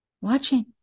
Watching